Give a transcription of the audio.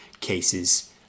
cases